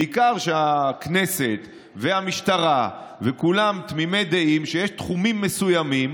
בעיקר כשהכנסת והמשטרה וכולם תמימי דעים שיש תחומים מסוימים,